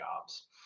jobs